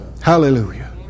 Hallelujah